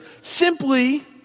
simply